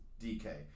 DK